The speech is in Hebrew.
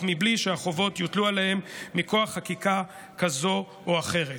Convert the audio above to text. מבלי שהחובות יוטלו עליהם מכוח חקיקה כזו או אחרת.